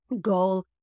goal